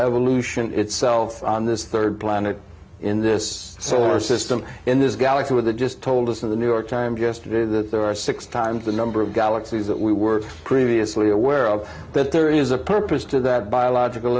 evolution itself on this rd planet in this solar system in this galaxy with the just told us of the new york times yesterday that there are six times the number of galaxies that we were previously aware of that there is a purpose to that biological